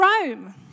Rome